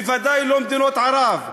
בוודאי לא מדינות ערב,